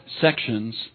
sections